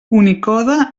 unicode